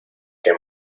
que